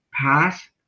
pass